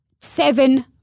Seven